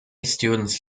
students